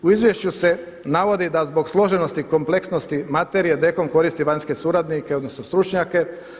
U Izvješću se navodi da zbog složenosti, kompleksnosti materije DKOM koristi vanjske suradnike odnosno stručnjake.